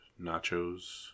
nachos